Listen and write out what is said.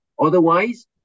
Otherwise